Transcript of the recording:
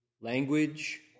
Language